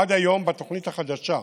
עד היום בתוכנית החדשה,